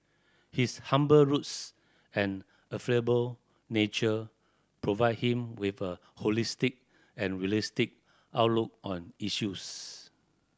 his humble roots and affable nature provide him with a holistic and realistic outlook on issues